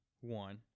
one